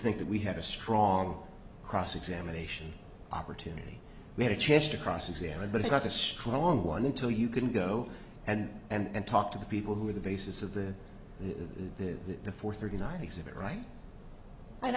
think that we have a strong cross examination opportunity we had a chance to cross examine but it's not a strong one until you can go ahead and talk to the people who are the basis of the the the four thirty nine exhibit right